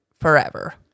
forever